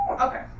Okay